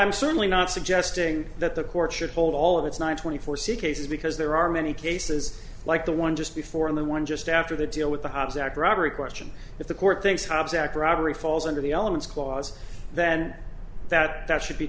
i'm certainly not suggesting that the court should hold all of its nine twenty four c cases because there are many cases like the one just before and the one just after the deal with the hobbs act robbery question if the court thinks hobbs act robbery falls under the elements clause then that that should be